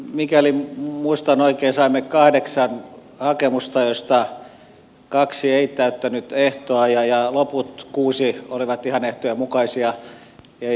mikäli muistan oikein saimme kahdeksan hakemusta joista kaksi ei täyttänyt ehtoja ja loput kuusi olivat ihan ehtojen mukaisia